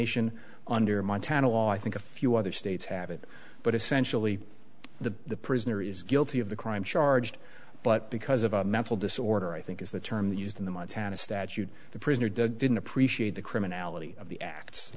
on under montana law i think a few other states have it but essentially the the prisoner is guilty of the crime charged but because of a mental disorder i think is the term used in the montana statute the prisoner didn't appreciate the criminality of the act